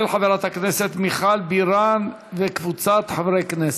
של חברת הכנסת מיכל בירן וקבוצת חברי הכנסת.